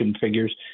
figures